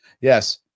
Yes